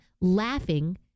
laughing